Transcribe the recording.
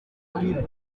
umuntu